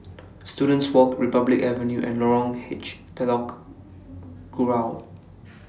Students Walk Republic Avenue and Lorong H Telok Kurau